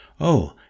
Oh